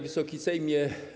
Wysoki Sejmie!